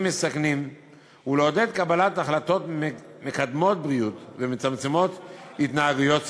מסכנים ולעודד קבלת החלטות המקדמות בריאות ומצמצמות התנהגויות סיכון.